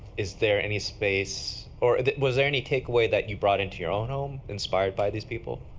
is there any space or was there any takeaway that you brought into your own home, inspired by these people?